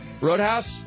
Roadhouse